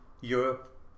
Europe